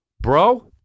bro